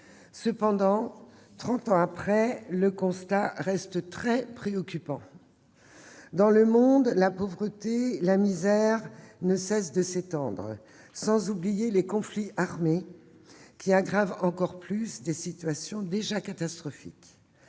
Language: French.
Cependant, trente ans après, le constat reste très préoccupant. Dans le monde, la misère et la pauvreté ne cessent de s'étendre, sans oublier les conflits armés, qui aggravent encore plus des situations déjà catastrophiques.